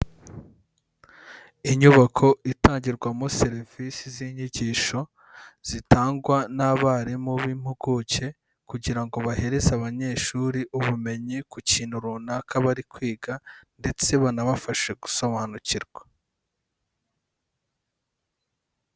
Inyubako itangirwamo serivisi z'inyigisho, zitangwa n'abarimu b'impuguke kugira ngo bahereze abanyeshuri ubumenyi ku kintu runaka bari kwiga ndetse banabafashe gusobanukirwa.